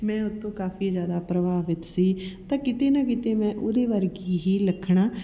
ਮੈਂ ਓਹ ਤੋਂ ਕਾਫ਼ੀ ਜ਼ਿਆਦਾ ਪ੍ਰਭਾਵਿਤ ਸੀ ਤਾਂ ਕਿਤੇ ਨਾ ਕਿਤੇ ਮੈਂ ਉਹਦੇ ਵਰਗੀ ਹੀ ਲੱਗਣਾ